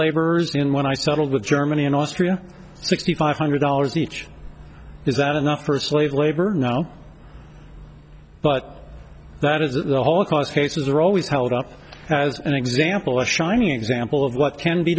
laborers and when i settled with germany and austria sixty five hundred dollars each is that enough for slave labor now but that is that the holocaust cases are always held up as an example a shining example of what can be